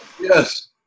yes